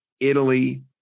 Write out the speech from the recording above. Italy